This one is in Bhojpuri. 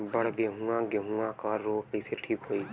बड गेहूँवा गेहूँवा क रोग कईसे ठीक होई?